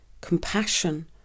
compassion